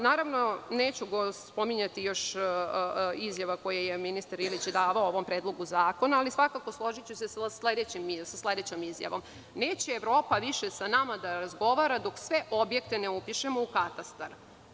Neću spominjati još izjava koje je ministar Ilić davao o ovom predlogu zakona, ali složiću se sa sledećom izjavom – neće Evropa sa nama više da razgovara dok sve objekte ne upišemo u katastar.